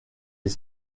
des